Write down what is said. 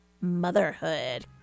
motherhood